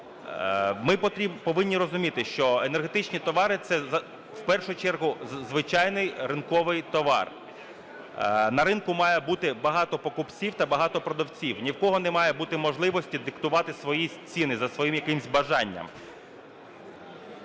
Ми повинні розуміти, що енергетичні товари – це в першу чергу звичайний ринковий товар. На ринку має бути багато покупців та багато продавців, ні в кого не має бути неможливості диктувати свої ціни за своїм якимось бажанням.